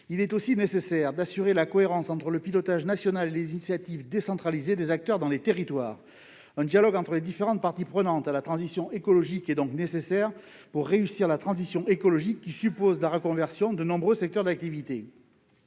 Il est aussi nécessaire d'assurer la cohérence entre le pilotage national et les initiatives décentralisées des acteurs dans les territoires. Un dialogue entre les différentes parties prenantes est donc nécessaire pour réussir la transition écologique, laquelle suppose la reconversion de nombreux secteurs d'activités.